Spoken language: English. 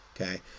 Okay